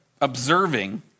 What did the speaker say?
observing